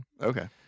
Okay